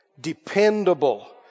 dependable